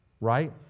Right